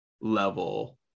level